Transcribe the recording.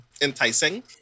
enticing